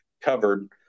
covered